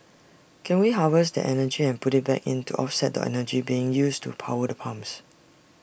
can we harvest that energy and put IT back in to offset the energy being used to power the pumps